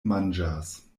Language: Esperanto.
manĝas